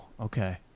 okay